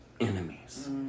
enemies